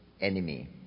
enemy